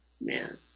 Man